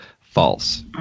false